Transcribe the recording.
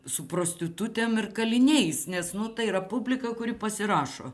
su prostitutėm ir kaliniais nes nu tai yra publika kuri pasirašo